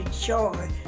joy